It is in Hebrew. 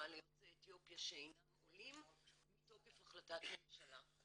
ליוצאי אתיופיה שאינם עולים מתוקף החלטת ממשלה.